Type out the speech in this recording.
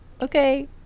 Okay